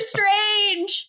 Strange